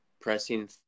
pressing